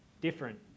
different